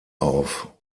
auf